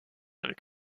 avec